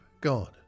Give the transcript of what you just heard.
God